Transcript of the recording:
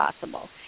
possible